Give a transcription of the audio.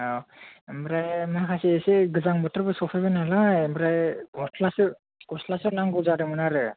औ ओमफ्राय माखासे एसे गोजां बोथोरबो सफैबाय नालाय ओमफ्राय गस्लासो गस्लासो नांगौ जादोंमोन आरो